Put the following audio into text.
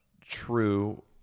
true